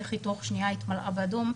איך תוך שניה התמלאה באדום,